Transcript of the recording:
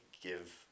give